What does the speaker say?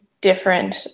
different